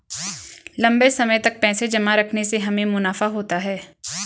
लंबे समय तक पैसे जमा रखने से हमें मुनाफा होता है